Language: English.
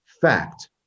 fact